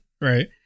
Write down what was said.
Right